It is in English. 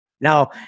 Now